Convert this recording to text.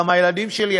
גם הילדים שלי,